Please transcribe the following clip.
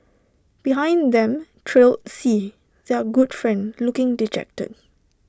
behind them trailed C their good friend looking dejected